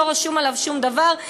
לא רשום עליו שום דבר?